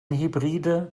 hybride